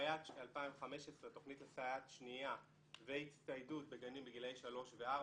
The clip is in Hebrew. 2015 תוכנית לסייעת שנייה והצטיידות בגנים בגילאי 3 ו-4,